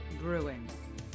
brewing